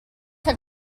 have